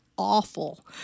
awful